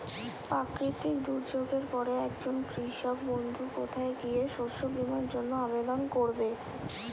প্রাকৃতিক দুর্যোগের পরে একজন কৃষক বন্ধু কোথায় গিয়ে শস্য বীমার জন্য আবেদন করবে?